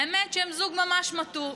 האמת שהן זוג ממש מתוק.